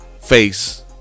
face